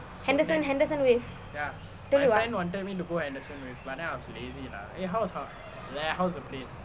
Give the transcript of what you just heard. henderson henderson wave I tell you ah